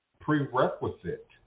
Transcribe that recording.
prerequisite